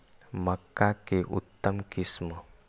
मक्का के उतम किस्म?